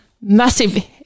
massive